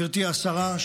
גבירתי השרה,